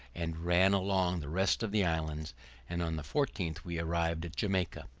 and ran along the rest of the islands and on the fourteenth we arrived at jamaica.